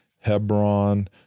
Hebron